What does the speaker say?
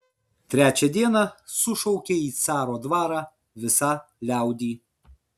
trečią dieną sušaukė į caro dvarą visą liaudį